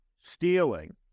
stealing